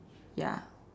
ya